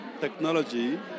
technology